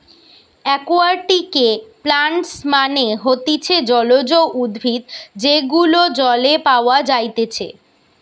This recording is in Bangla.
একুয়াটিকে প্লান্টস মানে হতিছে জলজ উদ্ভিদ যেগুলো জলে পাওয়া যাইতেছে